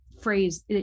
phrase